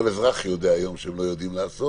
אותם מפקחים ידעו לעשות,